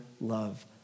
love